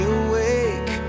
awake